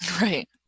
right